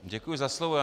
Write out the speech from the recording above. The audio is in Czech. Děkuji za slovo.